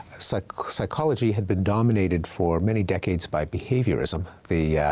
so like psychology had been dominated for many decades by behaviorism, the